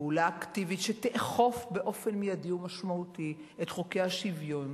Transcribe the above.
לפעולה אקטיבית שתאכוף באופן מיידי ומשמעותי את חוקי השוויון